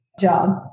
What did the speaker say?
job